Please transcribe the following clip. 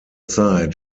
zeit